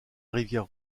rivière